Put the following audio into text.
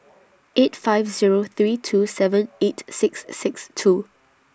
eight five Zero three two seven eight six six two